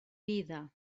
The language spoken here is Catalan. vida